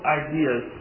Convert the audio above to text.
ideas